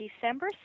December